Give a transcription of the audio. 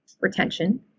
retention